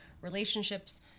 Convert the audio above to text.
relationships